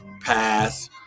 pass